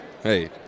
Hey